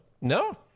no